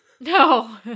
no